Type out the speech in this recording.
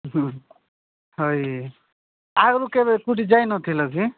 ଆଗରୁ କେବେ କେଉଁଠି ଯାଇ ନଥିଲ କି